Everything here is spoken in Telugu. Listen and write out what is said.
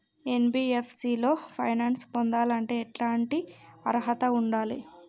ఎన్.బి.ఎఫ్.సి లో ఫైనాన్స్ పొందాలంటే ఎట్లాంటి అర్హత ఉండాలే?